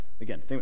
again